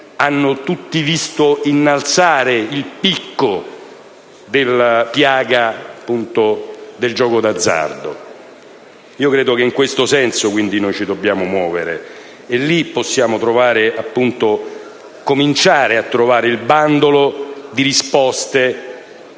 hanno visto innalzare il picco della piaga del gioco d'azzardo. È in questo senso che ci dobbiamo muovere e lì possiamo cominciare a trovare il bandolo della